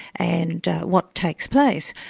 and what takes place,